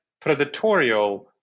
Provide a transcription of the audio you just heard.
predatorial